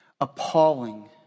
appalling